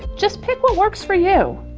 just pick what works for you.